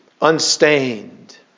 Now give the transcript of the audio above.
unstained